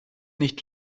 nicht